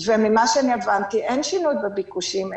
ממה שאני הבנתי, אין שינוי בביקושים.